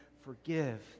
Forgive